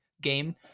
game